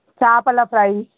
చేపల ఫ్రై